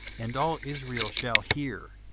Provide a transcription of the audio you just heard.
and all israel shall hear,